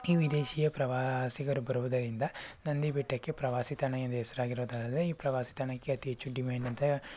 ಈ ವಿದೇಶಿಯ ಪ್ರವಾಸಿಗರು ಬರುವುದರಿಂದ ನಂದಿ ಬೆಟ್ಟಕ್ಕೆ ಪ್ರವಾಸಿ ತಾಣ ಎಂದು ಹೆಸರಾಗಿರೋದಲ್ಲದೆ ಈ ಪ್ರವಾಸಿ ತಾಣಕ್ಕೆ ಅತಿ ಹೆಚ್ಚು ಡಿಮ್ಯಾಂಡ್ ಅಂತ